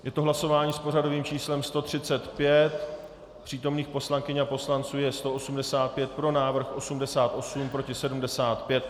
Je to hlasování s pořadovým číslem 135, přítomných poslankyň a poslanců je 185, pro návrh 88, proti 75.